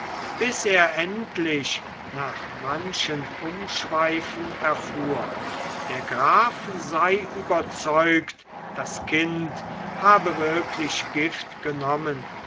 bis er endlich nach manchen umschweifen erfuhr der graf sei überzeugt das kind habe wirklich gift genommen